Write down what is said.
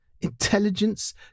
intelligence